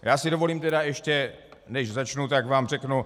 Já si dovolím, ještě než začnu, tak vám řeknu.